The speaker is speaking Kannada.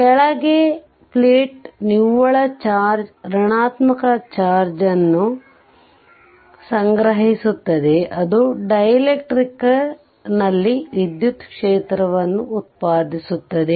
ಕೆಳ ಪ್ಲೇಟ್ ನಿವ್ವಳ ಚಾರ್ಜ್ ಋಣಾತ್ಮಕ ಚಾರ್ಜ್ ಅನ್ನು ಸಂಗ್ರಹಿಸುತ್ತದೆ ಅದು ಡೈಎಲೆಕ್ಟ್ರಿಕ್ನಲ್ಲಿ ವಿದ್ಯುತ್ ಕ್ಷೇತ್ರವನ್ನು ಉತ್ಪಾದಿಸುತ್ತದೆ